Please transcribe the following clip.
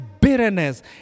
bitterness